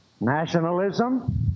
Nationalism